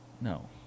No